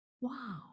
Wow